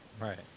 Right